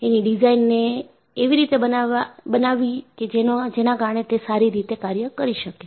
એની ડિઝાઇનને એવી રીતે બનાવવી કે જેના કારણે તે સારી રીતે કાર્ય કરી શકે છે